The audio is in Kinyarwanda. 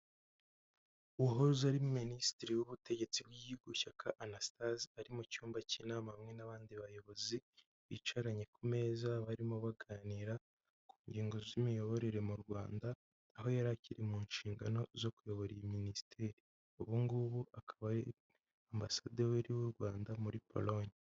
Uwahoze ari Minisitiri w'ubutegetsi bw'igihugu Shyaka Anasitaze, ari mu cyumba cy'inama hamwe n'abandi bayobozi bicaranye ku meza barimo baganira, ku ngingo z'imiyoborere mu Rwanda, aho yari akiri mu nshingano zo kuyobora iyi Minisiteri, ubungubu akaba ari Ambasaderi w'u Rwanda muri Polonye.